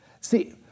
See